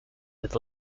with